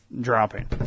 dropping